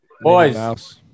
boys